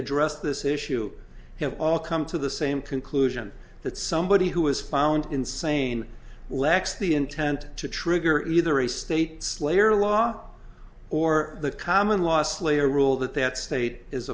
addressed this issue have all come to the same conclusion that somebody who was found insane lacks the intent to trigger either a state slayer law or the common law slayer rule that that state is